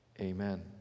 Amen